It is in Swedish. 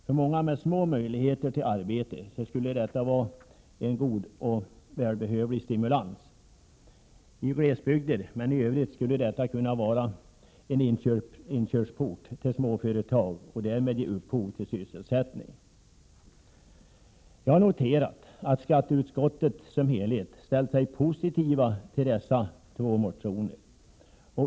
För många med små möjligheter till arbete skulle detta vara en god och välbehövlig stimulans. I glesbygd, men även i övrigt, skulle detta kunna vara en inkörsport till verksamhet i småföretag och det skulle därmed ge upphov till sysselsättning. Jag har noterat att skatteutskottet som helhet har ställt sig positivt till bl.a. dessa två motioner.